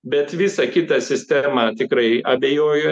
bet visa kita sistema tikrai abejoju